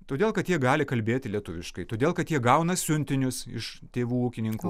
todėl kad jie gali kalbėti lietuviškai todėl kad jie gauna siuntinius iš tėvų ūkininkų